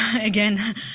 again